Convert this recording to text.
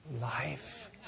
life